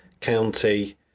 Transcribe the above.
county